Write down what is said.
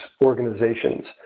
organizations